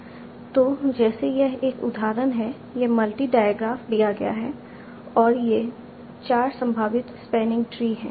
तो जैसे यह एक उदाहरण है यह मल्टी डायग्राफ दिया गया है और ये 4 संभावित स्पैनिंग ट्री हैं